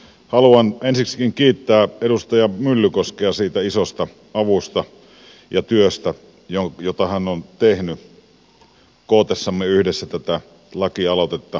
haluan ensiksikin kiittää edustaja myllykoskea siitä isosta avusta ja työstä jota hän on tehnyt kootessamme yhdessä tätä lakialoitetta